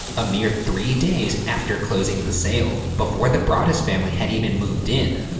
a mere three days after closing the sale, before the broaddus family had even moved in,